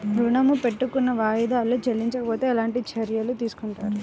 ఋణము పెట్టుకున్న వాయిదాలలో చెల్లించకపోతే ఎలాంటి చర్యలు తీసుకుంటారు?